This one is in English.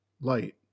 light